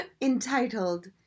entitled